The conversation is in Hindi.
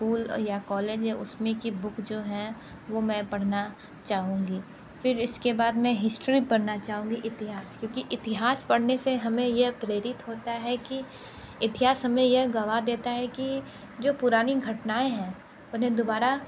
स्कूल या कॉलेज है उसमें की बुक जो है वह मैं पढ़ना चाहूंगी फिर इसके बाद में हिस्ट्री पढ़ना चाहूंगी इतिहास क्योंकि इतिहास पढ़ने से हमें यह प्रेरित होता है कि इतिहास हमें यह गवाह देता है कि जो पुरानी घटनाएँ हैं उन्हें